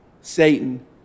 Satan